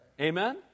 Amen